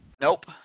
Nope